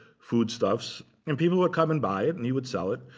foodstuffs. and people would come and buy it and he would sell it.